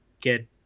get